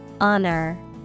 Honor